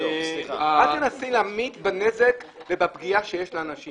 אל תנסי להמעיט בנזק ובפגיעה שנגרמת לאנשים.